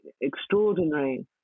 extraordinary